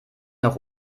noch